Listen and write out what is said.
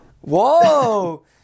Whoa